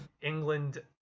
England